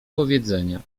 powiedzenia